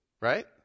right